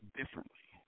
differently